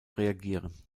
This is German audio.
reagieren